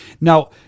Now